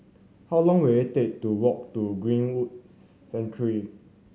how long will it take to walk to Greenwood Sanctuary